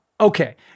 Okay